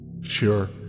Sure